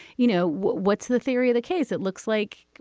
you know, what's the theory of the case? it looks like.